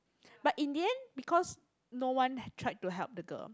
but in the end because no one tried to help the girl